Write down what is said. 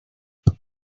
how